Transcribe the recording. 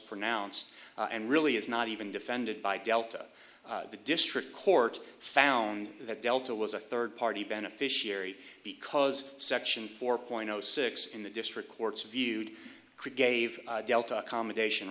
pronounced and really is not even defended by delta the district court found that delta was a third party beneficiary because section four point zero six in the district courts viewed creek gave delta accommodation